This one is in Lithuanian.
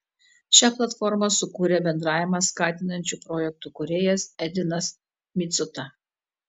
šią platformą sukūrė bendravimą skatinančių projektų kūrėjas edvinas micuta